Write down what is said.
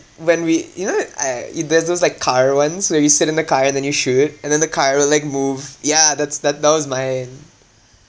when we you know I y~ there's those like car ones so then you sit in the car and then you shoot and then the car will like move ya that's that that was mine